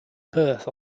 perth